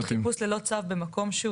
סמכות חיפוש ללא צו במקום שהוא